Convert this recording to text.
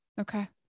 okay